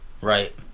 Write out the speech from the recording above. right